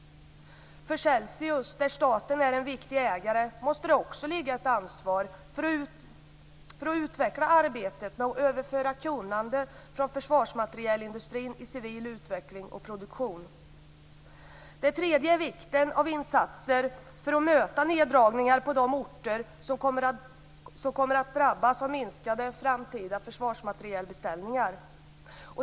Hos Celsius, där staten är en viktig ägare, måste det också ligga ett ansvar för att utveckla arbetet med att överföra kunnande från försvarsmaterielindustrin till civil utveckling och produktion. Den tredje är vikten av insatser för att möta neddragningar på de orter som kommer att drabbas av framtida minskade försvarsmaterielbeställningar.